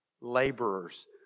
Laborers